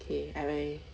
okay I way